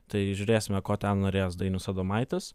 tai žiūrėsime ko ten norės dainius adomaitis